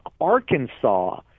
Arkansas